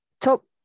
top